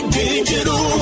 digital